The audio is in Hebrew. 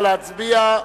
נא להצביע.